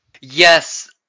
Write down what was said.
Yes